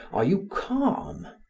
are you calm?